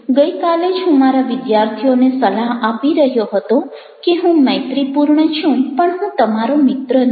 ગઈ કાલે જ હું મારા વિદ્યાર્થીઓને સલાહ આપી રહ્યો હતો કે હું મૈત્રીપૂર્ણ છું પણ હું તમારો મિત્ર નથી